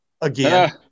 again